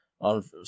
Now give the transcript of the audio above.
on